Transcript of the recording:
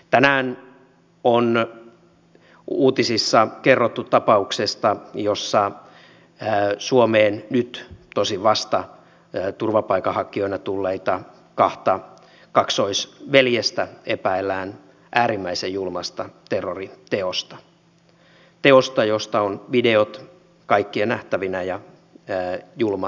tänään on uutisissa kerrottu tapauksesta jossa suomeen nyt tosin vasta turvapaikanhakijoina tulleita kahta kaksoisveljestä epäillään äärimmäisen julmasta terroriteosta teosta josta on videot kaikkien nähtävinä ja joka on julma teloitus